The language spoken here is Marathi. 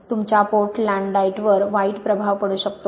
तुमच्या पोर्टलँडाइटवर वाईट प्रभाव पडू शकतो